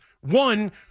One